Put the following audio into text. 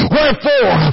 Wherefore